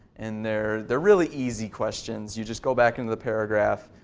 and they're they're really easy questions. you just go back into the paragraph,